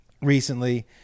recently